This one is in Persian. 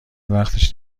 وقتش